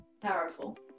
powerful